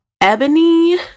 Ebony